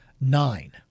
nine